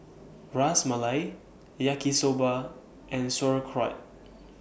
Ras Malai Yaki Soba and Sauerkraut